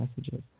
messages